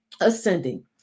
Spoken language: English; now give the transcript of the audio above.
ascending